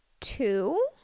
two